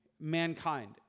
mankind